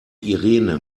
irene